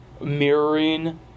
mirroring